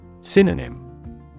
Synonym